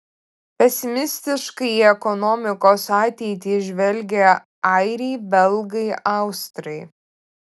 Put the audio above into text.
pesimistiškai į ekonomikos ateitį žvelgia airiai belgai austrai